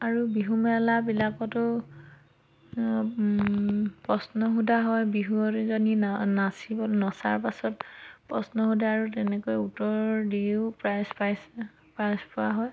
আৰু বিহুমেলাবিলাকতো প্ৰশ্ন সুধা হয় বিহুৱতীজনী নাচিব নচাৰ পাছত প্ৰশ্ন সোধে আৰু তেনেকৈ উত্তৰ দিও প্ৰাইজ পাইছোঁ প্ৰাইজ পোৱা হয়